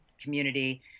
community